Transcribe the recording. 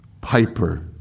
Piper